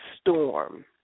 storm